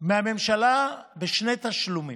משופה מהממשלה בשני תשלומים.